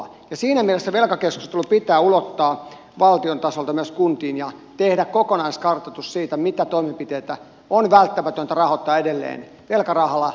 ja siinä mielessä velkakeskustelu pitää ulottaa valtion tasolta myös kuntiin ja tehdä kokonaiskartoitus siitä mitä toimenpiteitä on välttämätöntä rahoittaa edelleen velkarahalla ja mitä ei